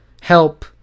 help